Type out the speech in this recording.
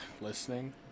listening